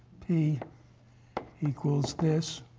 p equals this,